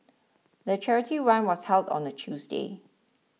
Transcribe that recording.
the charity run was held on a Tuesday